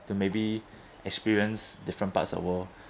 to maybe experience different parts of world